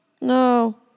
No